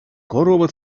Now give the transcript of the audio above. корова